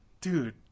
dude